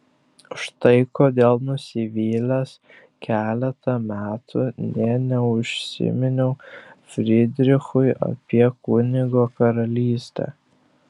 štai kodėl nusivylęs keletą metų nė neužsiminiau frydrichui apie kunigo karalystę